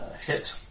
Hit